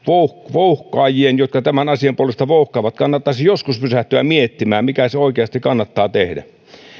vouhkaajien jotka tämän asian puolesta vouhkaavat kannattaisi joskus pysähtyä miettimään miten se oikeasti kannattaa tehdä